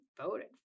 voted